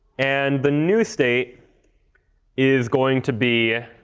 and the new state is going to be